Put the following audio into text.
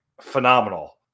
phenomenal